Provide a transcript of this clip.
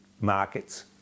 markets